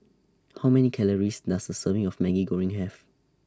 How Many Calories Does A Serving of Maggi Goreng Have